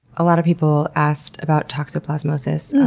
a lot of people asked about toxoplasmosis.